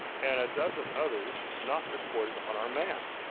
and a dozen others not recorded on our map,